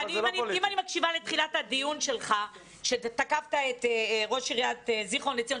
הקשבתי לתחילת הדיון שלך שתקפת את ראש עיריית זיכרון יעקב,